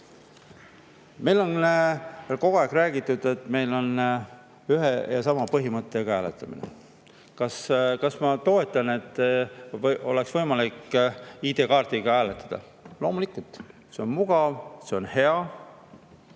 on kogu aeg räägitud, et meil on ühe ja sama põhimõttega hääletamine. Kas ma toetan seda, et oleks võimalik ID‑kaardiga hääletada? Loomulikult! See on mugav, see on hea.